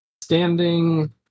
standing